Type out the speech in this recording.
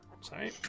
sorry